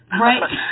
Right